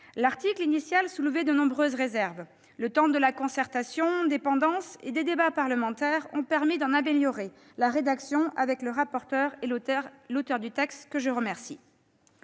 L'article initial soulevait de nombreuses réserves. Le temps de la concertation sur la dépendance et des débats parlementaires ont permis d'en améliorer la rédaction, avec le rapporteur et l'auteur du texte, que je remercie.